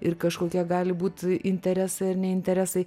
ir kažkokie gali būt interesai ar neinteresai